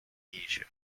asia